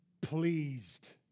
pleased